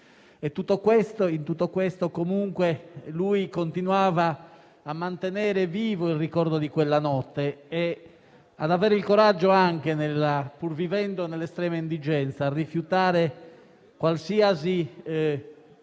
In tutto questo, comunque, continuava a mantenere vivo il ricordo di quella notte e ad avere il coraggio del rifiuto, pur vivendo nell'estrema indigenza: gli avevano